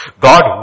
God